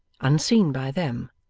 unseen by them,